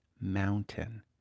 mountain